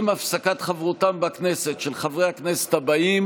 עם הפסקת חברותם בכנסת של חברי הכנסת האלה,